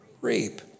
reap